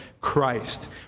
Christ